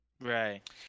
Right